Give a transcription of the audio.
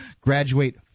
graduate